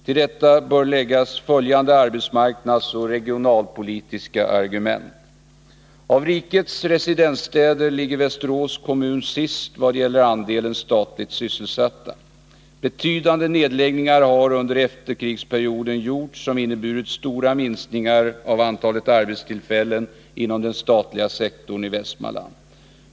Till detta bör läggas följande arbetsmarknadsoch regionalpolitiska argument: Av rikets residensstäder ligger Västerås kommun sist vad gäller andelen statligt sysselsatta. Betydande nedläggningar har under efterkrigsperioden gjorts, vilket inneburit stora minskningar av antalet arbetstillfällen inom den statliga sektorn i Västmanland.